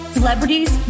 Celebrities